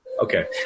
Okay